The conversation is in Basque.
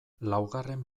laugarren